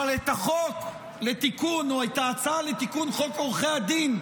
אבל את החוק או את ההצעה לתיקון חוק עורכי הדין,